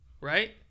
Right